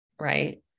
Right